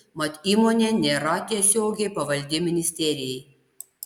mat įmonė nėra tiesiogiai pavaldi ministerijai